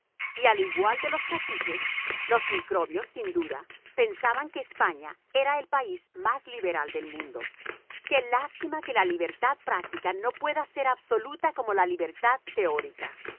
y al igual de los caciques los microbios sin duda pensaban también que españa era el país más liberal del mundo qué lástima que la libertad práctica no pueda ser absoluta como la libertad teórica